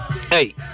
hey